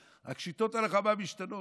רק שיטות הלחימה משתנות.